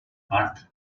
part